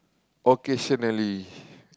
occasionally